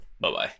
Bye-bye